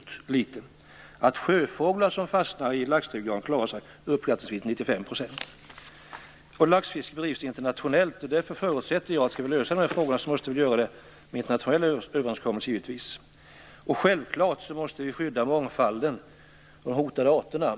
Och ungefär 95 % av de sjöfåglar som fastnar i laxdrivgarn klarar sig. Laxfiske bedrivs internationellt. Därför förutsätter jag att om vi skall lösa dessa frågor måste vi givetvis göra det med internationella överenskommelser. Självklart måste vi skydda mångfalden och de hotade arterna.